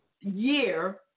year